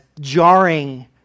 jarring